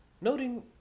Noting